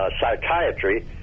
psychiatry